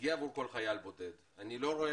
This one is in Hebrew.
שמגיע עבור כל חייל בודד אני לא רואה